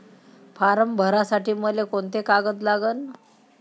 Form भरासाठी मले कोंते कागद लागन?